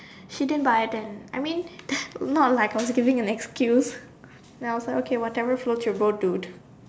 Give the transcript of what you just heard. she didn't buy it and I mean not like I was giving an excuse then I was like okay whatever floats your boat dude